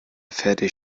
fertigt